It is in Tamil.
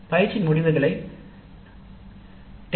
யிற்சியின் முடிவுகளை story